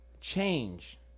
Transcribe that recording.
change